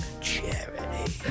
Charity